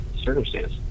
circumstance